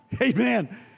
Amen